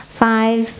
five